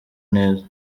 neza